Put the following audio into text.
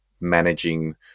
managing